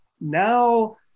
now